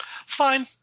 Fine